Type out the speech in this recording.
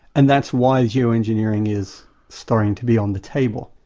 and that's why geoengineering is starting to be on the table.